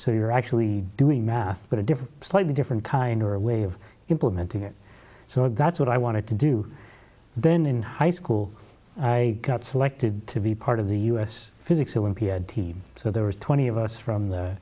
so you're actually doing math but a different slightly different kind or a way of implementing it so that's what i wanted to do then in high school i got selected to be part of the u s physics who in p had team so there was twenty of us from